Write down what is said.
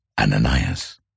Ananias